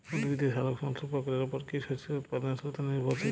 উদ্ভিদের সালোক সংশ্লেষ প্রক্রিয়ার উপর কী শস্যের উৎপাদনশীলতা নির্ভরশীল?